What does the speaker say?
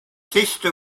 sister